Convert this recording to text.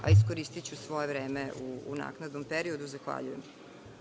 a iskoristiću svoje vreme u naknadnom periodu. Zahvaljujem.